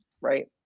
right